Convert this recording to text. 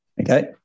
Okay